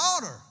daughter